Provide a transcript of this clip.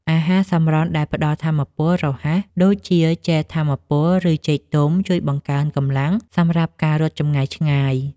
អាហារសម្រន់ដែលផ្ដល់ថាមពលរហ័ស ដូចជាជែលថាមពល ឬចេកទុំ ជួយបង្កើនកម្លាំងសម្រាប់ការរត់ចម្ងាយឆ្ងាយ។